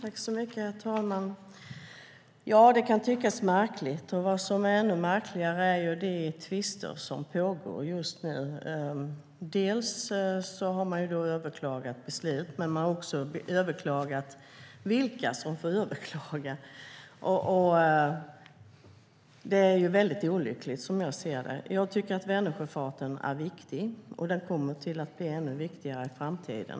Herr talman! Det kan tyckas märkligt. Vad som är ännu märkligare är de tvister som pågår just nu. Man har överklagat beslut, men man har också överklagat vilka som får överklaga. Det är mycket olyckligt, som jag ser det. Jag tycker att Vänersjöfarten är viktig, och den kommer att bli ännu viktigare i framtiden.